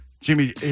Jimmy